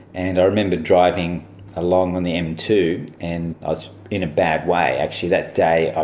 and i remember driving along on the m two and i was in a bad way, actually, that day, ah